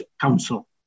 Council